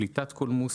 פליטת קולמוס,